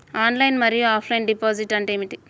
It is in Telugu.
ఆన్లైన్ మరియు ఆఫ్లైన్ డిపాజిట్ అంటే ఏమిటి?